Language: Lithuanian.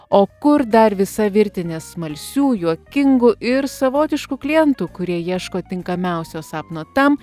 o kur dar visa virtinė smalsių juokingų ir savotiškų klientų kurie ieško tinkamiausio sapno tam